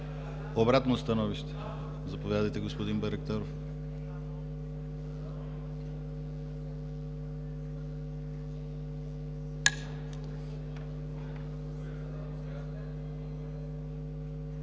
Обратно становище? Заповядайте, господин Байрактаров.